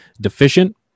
deficient